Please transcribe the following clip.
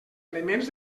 elements